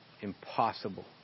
Impossible